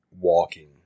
Walking